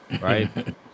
Right